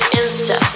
insta